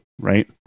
right